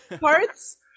parts